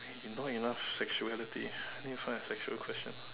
you know enough sexuality need to find a sexual question